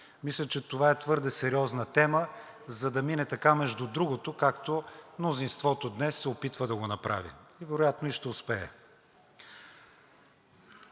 Мисля, че това е твърде сериозна тема, за да мине така, между другото, както мнозинството днес се опитва да го направи, и вероятно и ще успее.